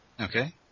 Okay